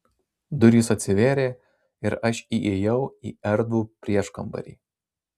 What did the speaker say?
durys atsivėrė ir aš įėjau į erdvų prieškambarį